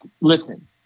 listen